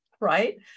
right